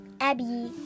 Abby